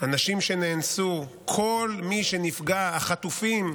הנשים נאנסו, כל מי שנפגע, החטופים,